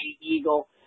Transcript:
Eagle